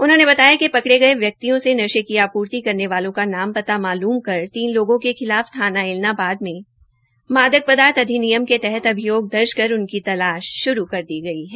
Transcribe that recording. उन्होंने बताया कि पकड़े गये व्यक्तियों से नशे की आपूर्ति करने वालों का नाम पता मालूम कर तीन लोगों के खिलाफ थाना ऐलानाबाद में मादक पदार्थ अधिनियम के तहत अभियोग दर्ज कर उनकी तलाश श्रू कर दी गई है